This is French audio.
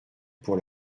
pour